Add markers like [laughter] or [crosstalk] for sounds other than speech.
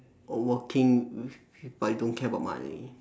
oh working [noise] but you don't care about my